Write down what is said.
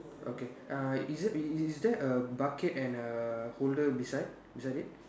okay uh is that is that a bucket and a holder beside beside it